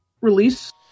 release